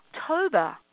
October